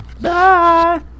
Bye